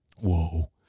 whoa